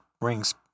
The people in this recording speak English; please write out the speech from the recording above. rings